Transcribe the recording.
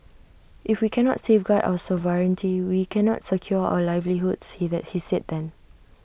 if we cannot safeguard our sovereignty we cannot secure our livelihoods he he said then